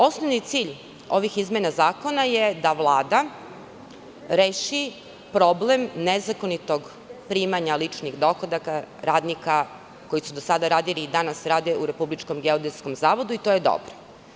Osnovni cilj ovih izmena zakona je da Vlada reši problem nezakonitog primanja ličnih dohodaka radnika koji su do sada radili i danas rade u RGZ i to je dobro.